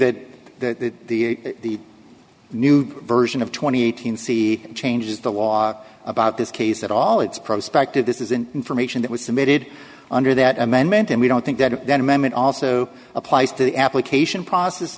that the new version of twenty eight hundred c changes the law about this case at all it's prospective this is an information that was submitted under that amendment and we don't think that that amendment also applies to the application process